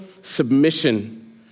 submission